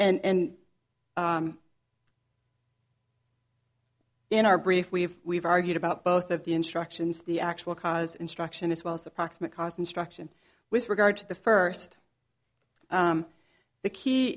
d in our brief we've we've argued about both of the instructions the actual cause instruction as well as the proximate cause instruction with regard to the first the key